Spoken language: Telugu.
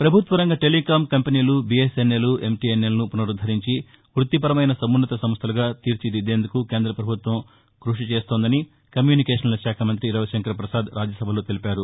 ప్రభుత్వ రంగ టెలికాం కంపెనీలు బీఎస్ఎస్ఎల్ ఎంటీఎస్ఎల్ను పునరుద్దరించి వృత్తిపరమైన సమున్నత సంస్టలుగా తీర్చిదిద్దేందుకు కేంద్ర ప్రభుత్వం కృషి చేస్తోందని కమ్యూనికేషన్ల శాఖ మంత్రి రవిశంకర్ ప్రసాద్ రాతెలిపారు